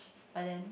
but then